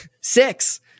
six